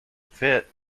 fit